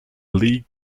lee